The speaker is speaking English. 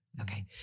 okay